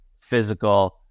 physical